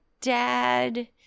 dad